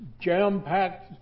jam-packed